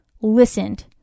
listened